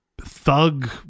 thug